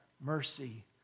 mercy